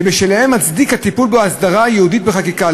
ובשלהם מצדיק הטיפול בו הסדרה ייעודית בחקיקה.